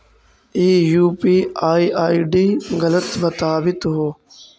ई UPI ID गलत बताबीत हो